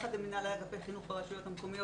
יחד עם מנהלי אגפי החינוך ברשויות המקומיות